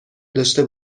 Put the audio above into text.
داشته